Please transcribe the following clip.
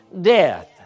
death